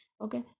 Okay